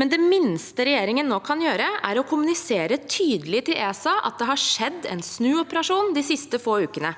men det minste regjeringen nå kan gjøre, er å kommunisere tydelig til ESA at det har skjedd en snuoperasjon de siste få ukene.